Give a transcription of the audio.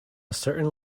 certain